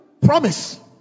promise